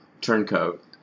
Turncoat